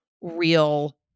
real